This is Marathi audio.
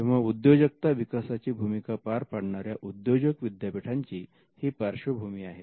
तेव्हा उद्योजकता विकासाची भूमिका पार पाडणाऱ्या उद्योजक विद्यापीठांची ही पार्श्वभूमी आहे